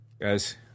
guys